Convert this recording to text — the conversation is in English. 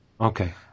Okay